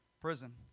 Prison